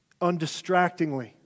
Undistractingly